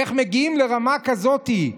איך מגיעים לרמה כזאת?